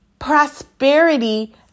Prosperity